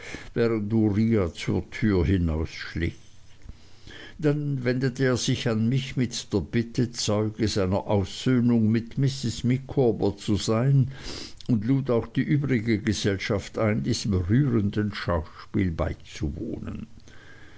zur tür hinausschlich dann wendete er sich an mich mit der bitte zeuge seiner aussöhnung mit mrs micawber zu sein und lud auch die übrige gesellschaft ein diesem rührenden schauspiel beizuwohnen